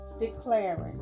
declaring